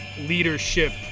leadership